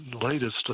latest